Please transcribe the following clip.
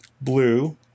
Blue